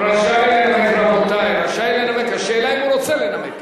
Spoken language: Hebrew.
הוא רשאי לנמק, השאלה אם הוא רוצה לנמק.